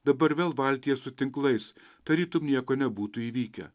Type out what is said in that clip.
dabar vėl valtyje su tinklais tarytum nieko nebūtų įvykę